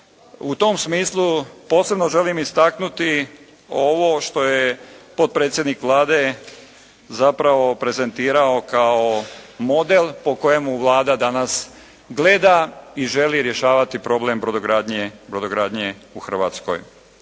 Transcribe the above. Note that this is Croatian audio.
U tom smislu posebno želim istaknuti ovo što je potpredsjednik Vlade zapravo prezentirao kao model po kojemu Vlada danas gleda i želi rješavati problem brodogradnje u Hrvatskoj.